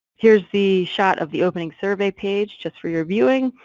here's the shot of the opening survey page just for your viewing,